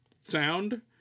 sound